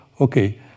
okay